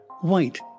White